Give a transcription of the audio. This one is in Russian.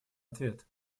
ответ